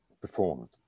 performed